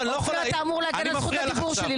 אופיר אתה אמור להגן על זכות הדיבור שלי,